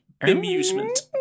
amusement